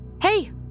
Hey